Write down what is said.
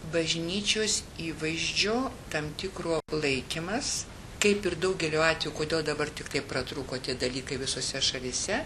bažnyčios įvaizdžio tam tikro palaikymas kaip ir daugeliu atvejų kodėl dabar tiktai pratrūko tie dalykai visose šalyse